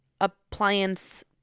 appliance